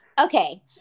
okay